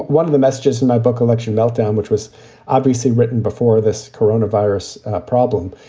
one of the messages in my book, election meltdown, which was obviously written before this corona virus problem,